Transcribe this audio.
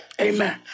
Amen